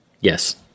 Yes